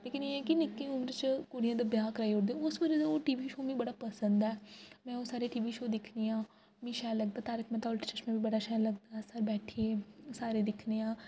लेकिन एह् ऐ की नि'क्की उम्र च कुड़ियें दा ब्याह् कराई ओड़दे ओह् सोचदे ओह् टी वी शो मिगी बड़ा पसन्द ऐ में ओह् सारे वी शो दिक्खनी आं मी शैल लगदा तारक मेहता दा उल्टा चश्मा मी बड़ा शैल लगदा अस बैठिये सारे दिक्खने आं